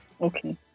Okay